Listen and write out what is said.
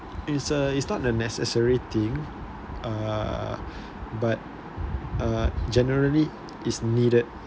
it's a it's not a necessary thing thing uh but uh generally it's needed